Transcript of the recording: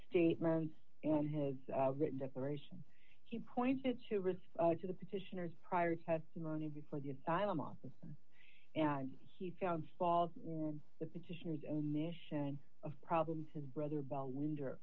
statements and his written declaration he pointed to risk to the petitioners prior testimony before the asylum office and he found fault with the petitioners omission of problems his brother paul winter